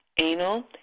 anal